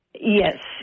Yes